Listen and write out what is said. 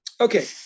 Okay